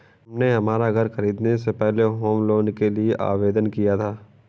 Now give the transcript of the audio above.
हमने हमारा घर खरीदने से पहले होम लोन के लिए आवेदन किया था